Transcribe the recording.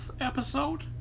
episode